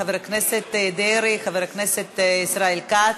חבר הכנסת דרעי, חבר הכנסת ישראל כץ,